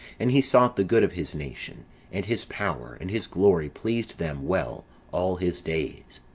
and he sought the good of his nation and his power, and his glory pleased them well all his days.